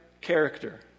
character